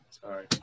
Sorry